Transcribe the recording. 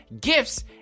gifts